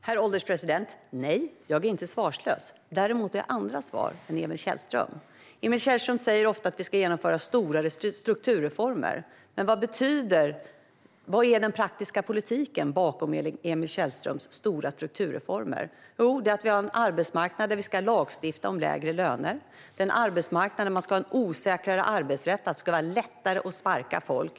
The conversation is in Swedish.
Herr ålderspresident! Nej, jag är inte svarslös. Däremot har jag andra svar än Emil Källström. Emil Källström säger ofta att vi ska genomföra stora strukturreformer. Men vad betyder det? Vilken är den praktiska politiken bakom Emil Källströms stora strukturreformer? Jo, det innebär att vi får en arbetsmarknad där vi ska lagstifta om lägre löner. Det är en arbetsmarknad med osäkrare arbetsrätt där det är lättare att sparka folk.